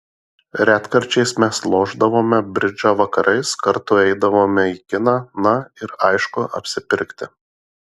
retkarčiais mes lošdavome bridžą vakarais kartu eidavome į kiną na ir aišku apsipirkti